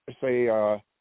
say